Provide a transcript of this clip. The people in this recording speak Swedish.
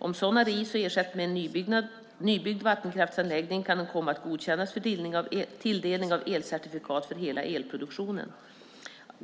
Om sådana rivs och ersätts med en nybyggd vattenkraftanläggning kan de komma att godkännas för tilldelning av elcertifikat för hela elproduktionen.